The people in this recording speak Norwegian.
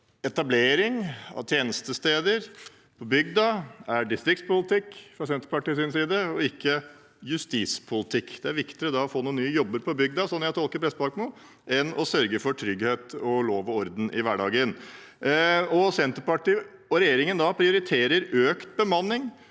etablering av tjenesteder på bygda er distriktspolitikk fra Senterpartiets side og ikke justispolitikk. Det er viktigere å få noen nye jobber på bygda, sånn jeg tolker Prestbakmo, enn å sørge for trygghet og lov og orden i hverdagen. Senterpartiet og regjeringen prioriterer økt bemanning